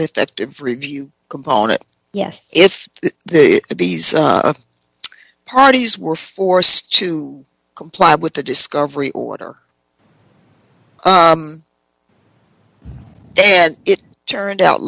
effective review component yes if these parties were forced to comply with the discovery order then it turned out